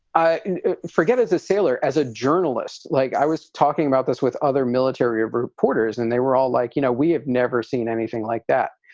i forget as a sailor, as a journalist, like i was talking about this with other military reporters and they were all like, you know, we have never seen anything like that.